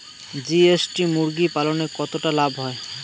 GST মুরগি পালনে কতটা লাভ হয়?